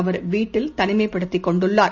அவர் வீட்டில் தனிமைப்படுத்திக் கொண்டுள்ளார்